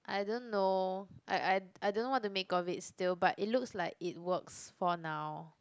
I don't know I I I don't know what to make of it still but it looks like it works for now